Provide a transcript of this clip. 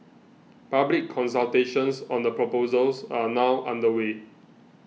public consultations on the proposals are now underway